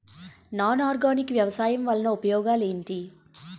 Non organic వ్యవసాయం వల్ల ఉపయోగాలు ఏంటీ?